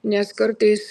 nes kartais